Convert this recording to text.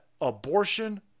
abortion